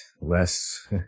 Less